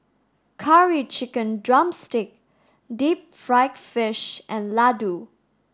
curry chicken drumstick deep fried fish and laddu